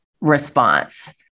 response